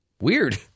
Weird